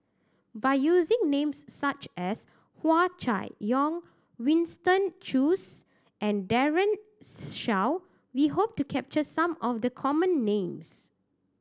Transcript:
by using names such as Hua Chai Yong Winston Choos and Daren Shiau we hope to capture some of the common names